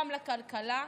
גם לכלכלה,